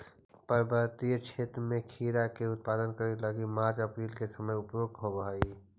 पर्वतीय क्षेत्र में खीरा के उत्पादन करे लगी मार्च अप्रैल के समय उपयुक्त होवऽ हई